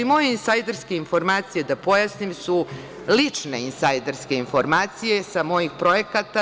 Moje insajderske informacije, da pojasnim su, lične insajderske informacije sa mojih projekata.